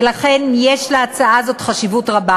ולכן יש להצעה הזאת חשיבות רבה.